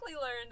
learned